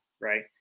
Right